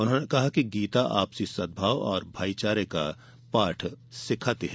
उन्होंने कहा कि गीता आपसी सद्भाव और भाईचारे का पाठ सिखाती है